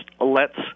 lets